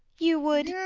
you would?